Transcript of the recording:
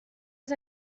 les